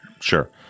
Sure